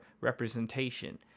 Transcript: representation